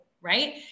Right